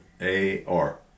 A-R